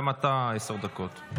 גם אתה עשר דקות.